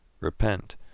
Repent